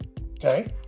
Okay